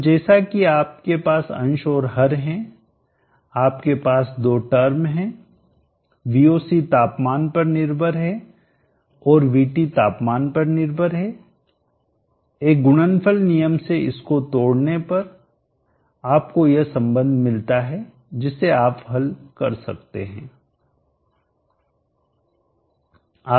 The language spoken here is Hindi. तो जैसा कि आपके पास अंश और हर है आपके पास दो टर्म हैं Voc तापमान पर निर्भर है और VT तापमान पर निर्भर है एक गुणनफल नियम से इसको तोड़ने पर आपको यह संबंध मिलता है जिसे आप हल कर सकते हैं